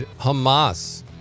hamas